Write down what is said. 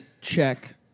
check